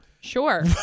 Sure